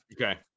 Okay